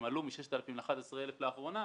הם עלו מ-6,000 ל-11,000 לאחרונה,